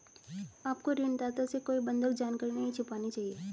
आपको ऋणदाता से कोई बंधक जानकारी नहीं छिपानी चाहिए